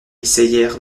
essayèrent